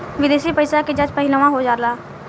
विदेशी पइसा के जाँच पहिलही हो जाला